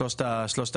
אלה שלושת הקבוצות.